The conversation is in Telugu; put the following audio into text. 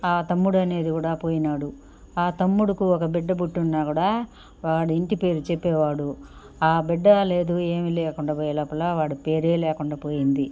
తమ్ముడు అనేది కూడా పోయినాడు తమ్ముడుకు ఒక బిడ్డ పుట్టున్నా కూడా వాడింటి పేరు చెప్పేవాడు బిడ్డా లేదు ఏమి లేకుండా పోయే లోపల వాడి పేరే లేకుండా పోయింది